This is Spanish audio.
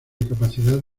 capacidad